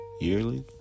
yearly